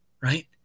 right